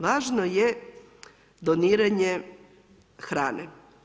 Važno je doniranje hrane.